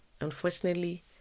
Unfortunately